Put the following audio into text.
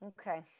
Okay